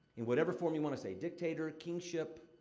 in whatever form you wanna say dictator, kingship,